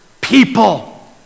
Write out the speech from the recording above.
people